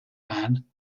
man